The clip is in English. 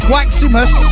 Waximus